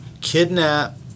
kidnap